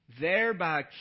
Thereby